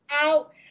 out